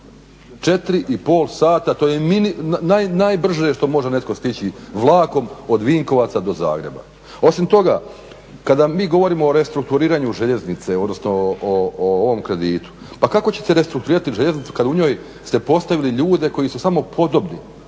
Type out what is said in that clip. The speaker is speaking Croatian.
4,5 sata to je najbrže što može netko stići vlakom od Vinkovaca do Zagreba. Osim toga, kada mi govorimo o restrukturiranju željeznice odnosno o ovom kreditu, pa kako ćete restrukturirati željeznicu kad u njoj ste postavili ljude koji su samo podobni